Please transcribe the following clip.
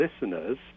listeners